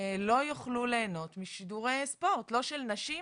לא יוכלו ליהנות משדורי ספורט לא של נשים,